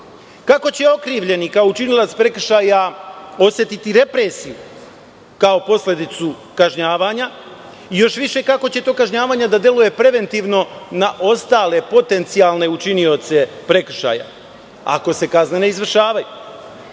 Kako će okrivljeni kao učinilac prekršaja osetiti represiju kao posledicu kažnjavanja i, još više, kako će to kažnjavanje da deluje preventivno na ostale potencijalne učinioce prekršaja ako se kazne ne izvršavaju?